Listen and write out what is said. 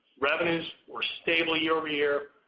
revenues were stable year-over-year,